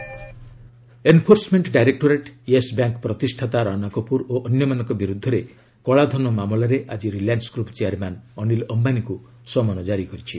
ED Yes Bank enforcement directorate Yes Bank ପ୍ରତିଷ୍ଠାତା ରାନା କପୁର ଓ ଅନ୍ୟମାନଙ୍କ ବିରୁଦ୍ଧରେ କଳାଧନ ମାମଲାରେ ଆଜି ରିଲାଏନୁ ଗ୍ରୁପ୍ ଚେୟାରମ୍ୟାନ୍ ଅନୀଲ ଅମ୍ଘାନୀଙ୍କୁ ସମନ ଜାରି କରିଛି